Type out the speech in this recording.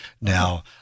Now